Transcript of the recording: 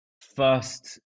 first